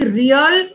real